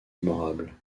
mémorables